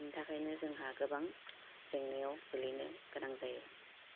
बेनि थाखायनो जोंहा गोबां जेंनायाव गोलैनो गोनां जायो